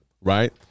right